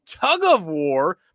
tug-of-war